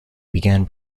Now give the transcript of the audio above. began